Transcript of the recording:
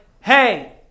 hey